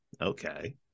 okay